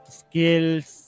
skills